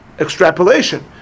extrapolation